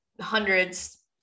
hundreds